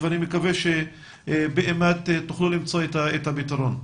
ואני מקווה שתוכלו למצוא את הפתרון.